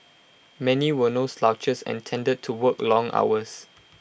many were no slouches and tended to work long hours